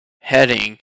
heading